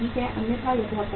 अन्यथा यह बहुत कठिन है